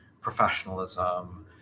professionalism